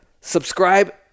subscribe